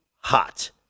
hot